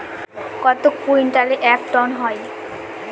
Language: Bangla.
কত কুইন্টালে এক টন হয়?